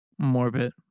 Morbid